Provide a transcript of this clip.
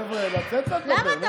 חבר'ה, לתת לה לדבר.